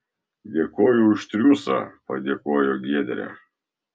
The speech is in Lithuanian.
dėkoju už triūsą padėkojo giedrė